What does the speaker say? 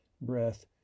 breath